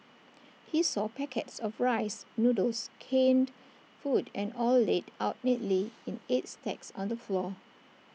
he saw packets of rice noodles canned food and oil laid out neatly in eight stacks on the floor